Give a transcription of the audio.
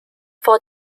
for